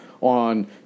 on